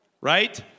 right